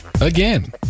again